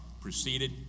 proceeded